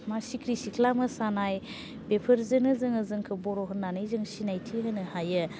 सिख्रि सिख्ला मोसानाय बेफोरजोंनो जोङो जोंखौ बर' होन्नानै जों सिनायथि होनो हायो